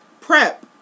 PrEP